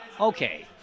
okay